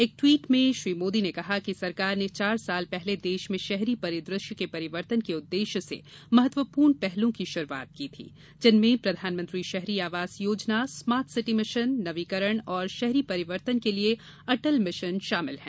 एक ट्वीट में श्री मोदी ने कहा कि सरकार ने चार साल पहले देश में शहरी परिदश्य के परिवर्तन के उद्देश्य से महत्व्यूर्ण पहलों की श्रुआत की थी जिनमें प्रधानमंत्री शहरी आवास योजना स्मार्ट सिटी मिशन नवीकरण और शहरी परिवर्तन के लिए अटल मिशन शामिल हैं